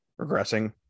regressing